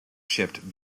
shipped